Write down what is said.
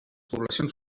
poblacions